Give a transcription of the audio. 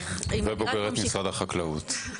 ובוגרת משרד החקלאות.